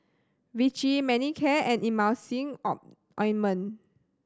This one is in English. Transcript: Vichy Manicare and Emulsying O ointment